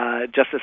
Justice